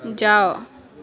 ଯାଅ